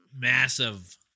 massive